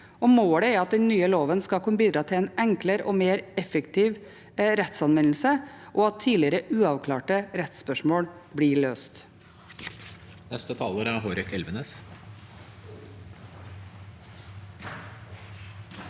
Målet er at den nye loven skal kunne bidra til en enklere og mer effektiv rettsanvendelse, og at tidligere uavklarte rettsspørsmål blir løst.